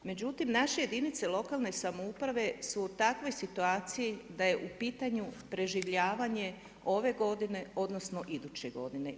Međutim naše jedinice lokalne samouprave su u takvoj situaciji da je u pitanju preživljavanje ove godine odnosno iduće godine.